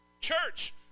Church